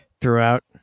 throughout